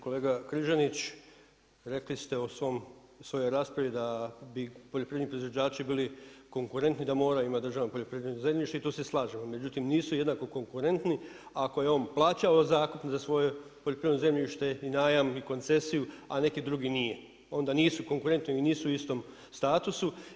Kolega Križanić, rekli ste u svojoj raspravi da bi poljoprivredni proizvođači bili konkurentni da moraju imati državno poljoprivredno zemljište i tu se slažemo, međutim nisu jednako konkurentni ako je on plaćao zakup za svoje poljoprivredno zemljište i najam i koncesiju, a neki drugi nije, onda nisu konkurentni i nisu u istom statusu.